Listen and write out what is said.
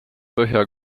põhja